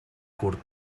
curt